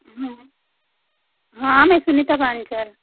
हाँ मै सुनीता वान्चल